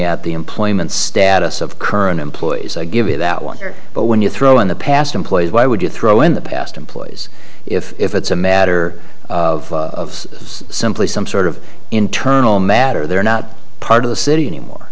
at the employment status of current employees i give you that one here but when you throw in the past employees why would you throw in the past employees if it's a matter of simply some sort of internal matter they're not part of the city anymore